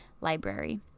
library